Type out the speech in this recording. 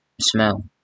smell